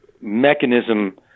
mechanism